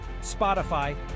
Spotify